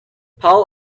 paul